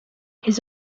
his